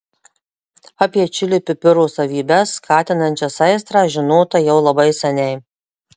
apie čili pipiro savybes skatinančias aistrą žinota jau labai seniai